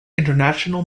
international